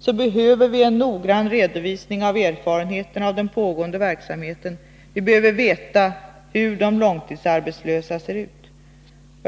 fråga behöver vi en noggrann redovisning av erfarenheterna av den pågående verksamheten, och vi behöver veta hur de långtidsarbetslösas situation är.